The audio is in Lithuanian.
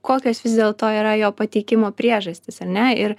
kokios vis dėlto yra jo pateikimo priežastys ar ne ir